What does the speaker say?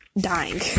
dying